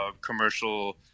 commercial